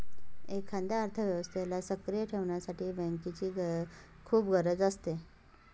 एखाद्या अर्थव्यवस्थेला सक्रिय ठेवण्यासाठी बँकेची खूप गरज असते